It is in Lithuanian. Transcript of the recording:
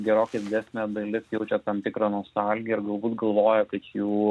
gerokai didesnė dalis jaučia tam tikrą nostalgiją ir galbūt galvoja kad jų